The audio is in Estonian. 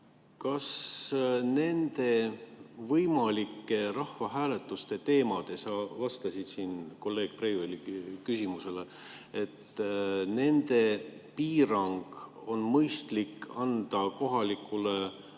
Kas nende võimalike rahvahääletuste teemade – sa vastasid siin kolleeg Breiveli küsimusele – piirang on mõistlik anda kohalikule omavalitsusele?